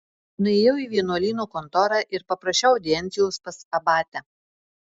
nuėjau į vienuolyno kontorą ir paprašiau audiencijos pas abatę